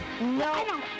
no